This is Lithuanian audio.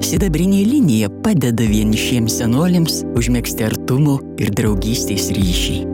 sidabrinė linija padeda vienišiems senoliams užmegzti artumo ir draugystės ryšį